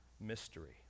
mystery